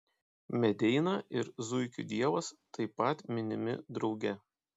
medeina ir zuikių dievas taip pat minimi drauge